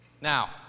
Now